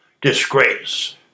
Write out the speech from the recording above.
Disgrace